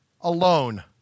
alone